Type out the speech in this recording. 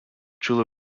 chula